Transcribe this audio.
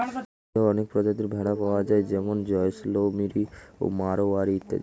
ভারতে অনেক প্রজাতির ভেড়া পাওয়া যায় যেমন জয়সলমিরি, মারোয়ারি ইত্যাদি